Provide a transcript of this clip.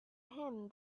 him